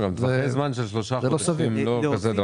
זה לא סביר.